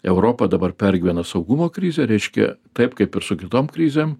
europa dabar pergyvena saugumo krizę reiškia taip kaip ir su kitom krizėm